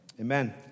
Amen